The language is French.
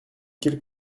quelle